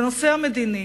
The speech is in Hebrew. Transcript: בנושא המדיני,